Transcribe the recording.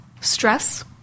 stress